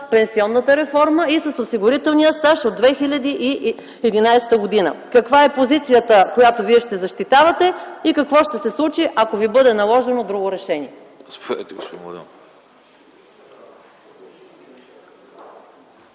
пенсионната реформа и с осигурителния стаж от 2011 г.? Каква е позицията, която Вие ще защитавате, и какво ще се случи, ако Ви бъде наложено друго решение?